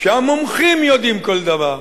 שהמומחים יודעים כל דבר,